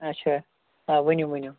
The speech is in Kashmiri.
اچھا آ ؤنِو ؤنِو